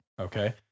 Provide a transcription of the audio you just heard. okay